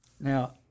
Now –